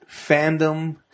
fandom